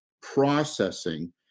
processing